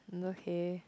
okay